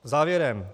Závěrem.